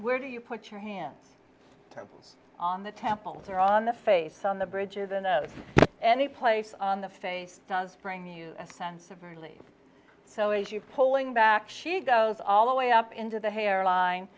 where do you put your hands problems on the temples or on the face on the bridges and anyplace on the face does bring you a sense of relief so if you pulling back she goes all the way up into the hairline